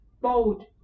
bold